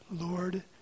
Lord